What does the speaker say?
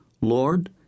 Lord